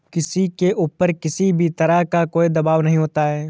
किसी के ऊपर किसी भी तरह का कोई दवाब नहीं होता है